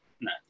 No